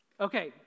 Okay